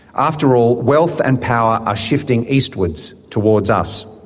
after all, wealth and power are shifting eastwards, towards us.